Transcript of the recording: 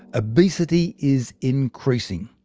obesity is increasing.